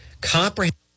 comprehensive